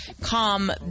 calm